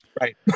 Right